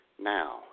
now